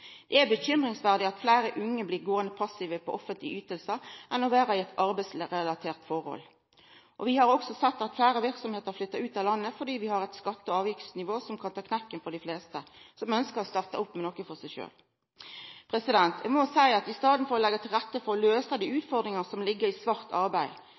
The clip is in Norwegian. Det er bekymringsverdig at fleire unge blir gåande passive på offentlege ytingar i staden for å vera i eit arbeidsrelatert forhold. Vi har også sett at fleire verksemder flytter ut av landet fordi vi har eit skatte- og avgiftsnivå som kan ta knekken på dei fleste som ønskjer og starta opp med noko for seg sjølv. Eg må seia at i staden for å legga til rette for å løysa dei utfordringane som ligg i svart arbeid,